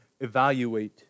evaluate